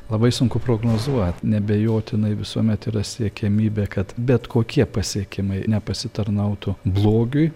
labai sunku prognozuot neabejotinai visuomet yra siekiamybė kad bet kokie pasiekimai nepasitarnautų blogiui